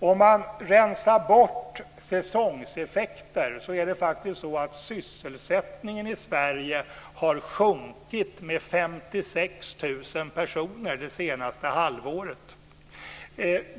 Om man rensar bort säsongseffekter så är det faktiskt så att sysselsättningen i Sverige har sjunkit med 56 000 personer det senaste halvåret.